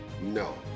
No